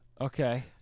Okay